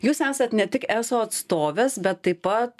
jūs esat ne tik eso atstovės bet taip pat